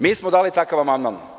Mi smo dali takav amandman.